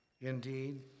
Indeed